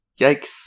Yikes